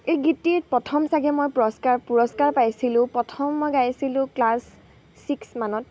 এই গীতটিত প্ৰথম চাগে মই পুৰস্কাৰ পুৰস্কাৰ পাইছিলোঁ প্ৰথম মই গাইছিলোঁ ক্লাছ ছিক্স মানত